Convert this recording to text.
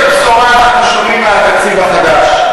ואיזו בשורה אנחנו שומעים מהתקציב החדש?